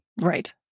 Right